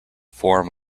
form